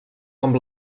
amb